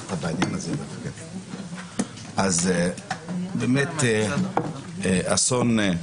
אז זה באמת אסון.